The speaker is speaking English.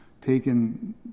taken